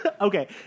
Okay